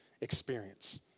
experience